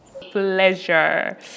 Pleasure